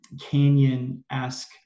canyon-esque